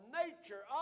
nature